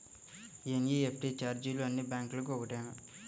NEFT ఛార్జీలు అన్నీ బ్యాంక్లకూ ఒకటేనా?